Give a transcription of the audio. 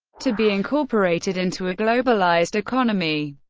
to be incorporated into a globalized economy.